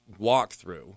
walkthrough